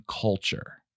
culture